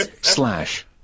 slash